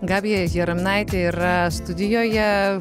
gabija jaraminaitė yra studijoje